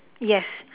yes